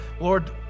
Lord